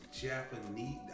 Japanese